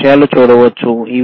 ఈ విషయాలు చూడవచ్చు